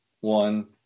one